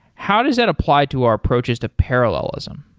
how does that apply to our approaches to parallelism?